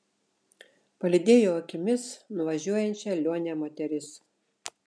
palydėjo akimis nuvažiuojančią lionę moteris